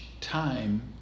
time